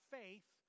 faith